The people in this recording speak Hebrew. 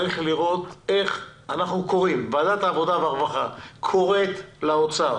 הוועדה קוראת לאוצר